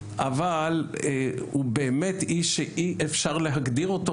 אבל הוא באמת איש שאי אפשר להגדיר אותו